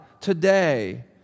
today